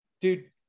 Dude